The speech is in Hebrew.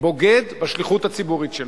בוגד בשליחות הציבורית שלו.